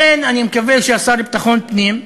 לכן אני מקווה שהשר לביטחון פנים,